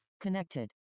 Connected